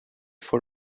for